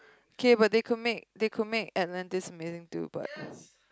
K but they could make they could make Atlantis meaning to but